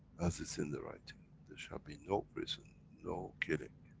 as it's in the writing, there shall be no prison, no killing,